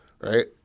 Right